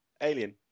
Alien